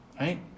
right